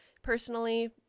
personally